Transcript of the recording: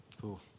Cool